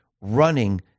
running